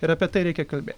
ir apie tai reikia kalbė